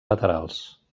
laterals